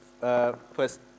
first